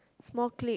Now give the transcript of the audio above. small clip